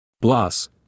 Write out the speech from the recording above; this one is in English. Bloss